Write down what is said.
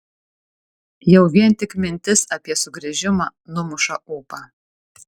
jau vien tik mintis apie sugrįžimą numuša ūpą